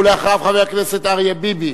אחריו, חבר הכנסת אריה ביבי,